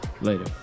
Later